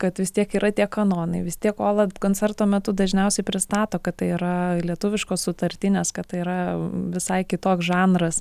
kad vis tiek yra tie kanonai vis tiek ola koncerto metu dažniausiai pristato kad tai yra lietuviškos sutartinės kad tai yra visai kitoks žanras